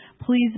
please